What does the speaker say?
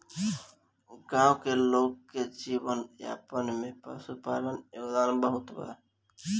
गाँव के लोग के जीवन यापन में पशुपालन के योगदान बहुत बा